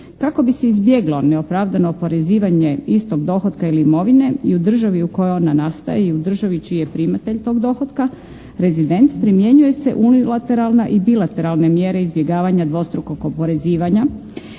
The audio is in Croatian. Kako bi se izbjeglo neopravdano oporezivanje istog dohotka ili imovine i u državi u kojoj ona nastaje i u državi čiji je primatelj tog dohotka rezident primjenjuje se unilateralna i bilateralne mjere izbjegavanja dvostrukog oporezivanja.